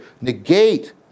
negate